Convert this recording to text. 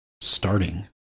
starting